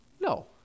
No